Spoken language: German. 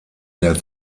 der